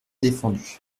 défendu